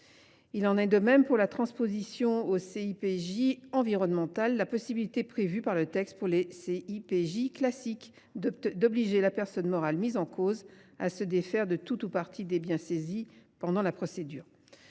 Il en est de même de l’extension aux CJIP en matière environnementale de la possibilité, prévue dans le texte pour les CJIP classiques, d’obliger la personne morale mise en cause à se défaire de tout ou partie des biens saisis pendant la procédure.